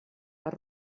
per